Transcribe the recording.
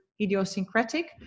idiosyncratic